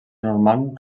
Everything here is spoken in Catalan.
normand